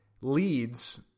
leads